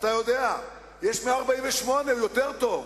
שיש סעיף 148, יותר טוב.